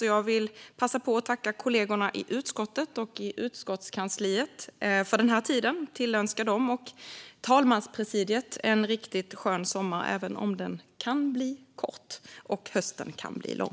Jag vill passa på att tacka kollegorna i utskottet och utskottskansliet för den här tiden, och tillönska dem och talmanspresidiet en skön sommar, även om den kan bli kort och hösten kan bli lång.